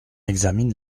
examine